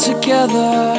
together